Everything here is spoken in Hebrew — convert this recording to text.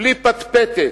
בלי פטפטת.